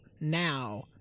now